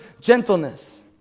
gentleness